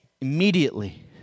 Immediately